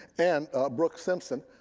and brooks simpson,